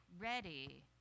ready